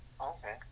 Okay